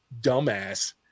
dumbass